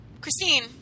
Christine